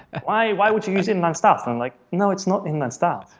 why why would you use inline styles? i'm like, no, it's not inline styles.